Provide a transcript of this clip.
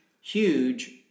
huge